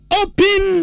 open